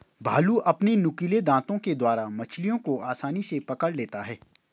भालू अपने नुकीले दातों के द्वारा मछलियों को आसानी से पकड़ लेता है